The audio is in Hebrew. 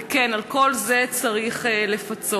וכן, על כל זה צריך לפצות.